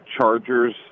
Chargers